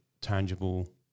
tangible